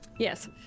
Yes